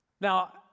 Now